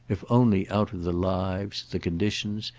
if only out of the lives, the conditions,